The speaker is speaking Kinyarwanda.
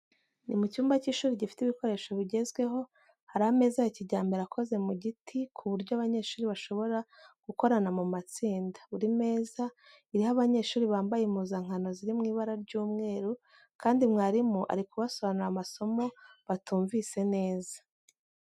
Ni mu cyumba cy’ishuri gifite ibikoresho bigezweho, hari ameza ya kijyambere akoze mu giti, ku buryo abanyeshuri bashobora gukorana mu matsinda. Buri meza iriho abanyeshuri bambaye impuzankano ziri mu ibara ry'umweru, kandi mwarimu ari kubasobanurira amasomo batumvise neza.